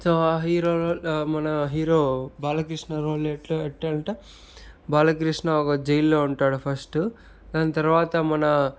so ఆ hero మన hero Balakrishna role ఎట్లా ఎట్టంటే బాలకృష్ణ ఒక జైల్లో ఉంటాడు ఫస్ట్ దాని తర్వాత మన